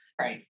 Right